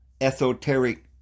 esoteric